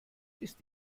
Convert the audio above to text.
ist